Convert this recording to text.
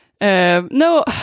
No